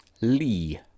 Lee